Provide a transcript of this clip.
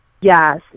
Yes